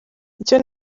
icyo